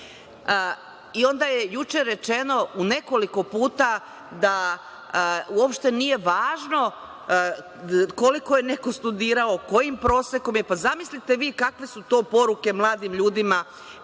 i onda je juče rečeno nekoliko puta da uopšte nije važno koliko je neko studirao, kojim prosekom. Zamislite vi kakve su to poruke mladim ljudima